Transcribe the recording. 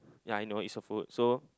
ya I know it's a food so